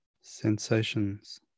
sensations